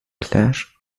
clash